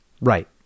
right